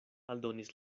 aldonis